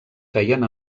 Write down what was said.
feien